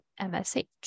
msh